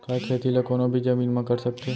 का खेती ला कोनो भी जमीन म कर सकथे?